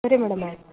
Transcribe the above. ಸರಿ ಮೇಡಮ್ ಆಯಿತು